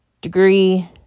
degree